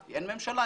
אין ממשלה,